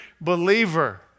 believer